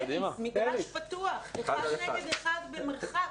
טניס, מגרש פתוח, אחד נגד אחד במרחק.